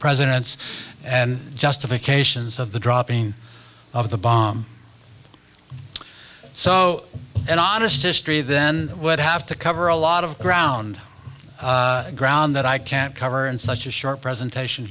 presidents and justifications of the dropping of the bomb so in august history then would have to cover a lot of ground ground that i can't cover in such a short presentation